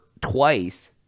twice